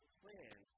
plan